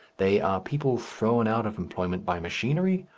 they are people thrown out of employment by machinery,